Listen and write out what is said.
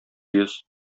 йөз